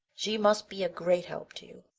she must be a great help to you.